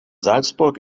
salzburg